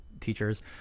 teachers